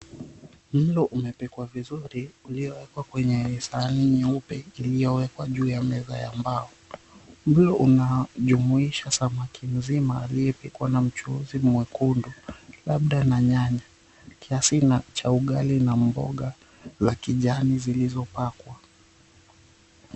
Mlo umepikwa vizuri uliowekwa kwenye sahani nyeupe iliyowekwa juu ya meza ya mbao mlo unajumuisha samaki mzima aliyepikwa na mchuzi mwekundu labda na nyanya kiasi cha ugali na mboga za kijani zilizopakwa.